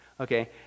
Okay